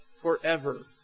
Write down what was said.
forever